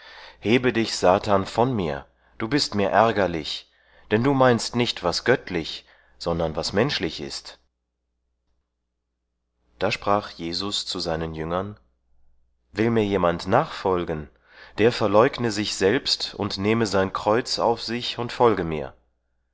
hebe dich satan von mir du bist mir ärgerlich denn du meinst nicht was göttlich sondern was menschlich ist da sprach jesus zu seinen jüngern will mir jemand nachfolgen der verleugne sich selbst und nehme sein kreuz auf sich und folge mir